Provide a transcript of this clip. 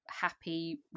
happy